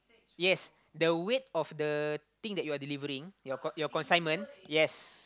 yes the weight of the thing that you're delivering your your con~ your consignment yes